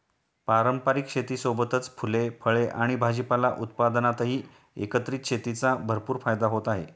पारंपारिक शेतीसोबतच फुले, फळे आणि भाजीपाला उत्पादनातही एकत्रित शेतीचा भरपूर फायदा होत आहे